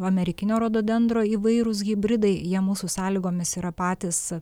amerikinio rododendro įvairūs hibridai jie mūsų sąlygomis yra patys